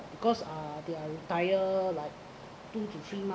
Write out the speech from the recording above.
because uh they are retire like two to three month